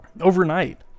Overnight